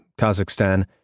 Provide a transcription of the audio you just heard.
Kazakhstan